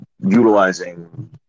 utilizing